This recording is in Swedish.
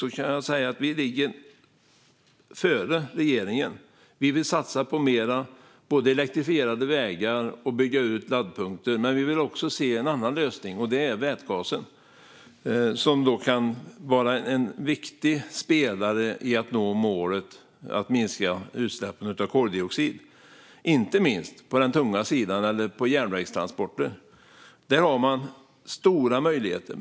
Vi ligger faktiskt före regeringen och vill satsa mer på elektrifierade vägar och bygga ut laddpunkter. Men vi vill också se en annan lösning, nämligen vätgas. Den kan vara en viktig spelare i målet om att minska utsläppen av koldioxid. Det gäller inte minst på den tunga sidan och järnvägstransporterna. Där har man stora möjligheter.